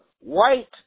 White